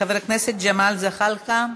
חבר הכנסת ג'מאל זחאלקה,